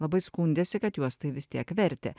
labai skundėsi kad juos tai vis tiek vertė